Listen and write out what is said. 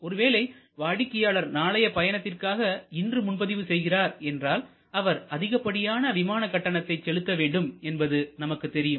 ஒரு வேளை வாடிக்கையாளர் நாளைய பயணத்திற்காக இன்று முன்பதிவு செய்கிறார் என்றால் அவர் அதிகப்படியான விமான கட்டணத்தைச் செலுத்த வேண்டும் என்பது நமக்குத் தெரியும்